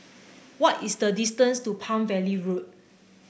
what is the distance to Palm Valley Road